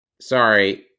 Sorry